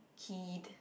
keyed